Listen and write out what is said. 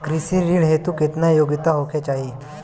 कृषि ऋण हेतू केतना योग्यता होखे के चाहीं?